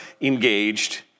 engaged